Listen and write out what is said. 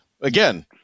Again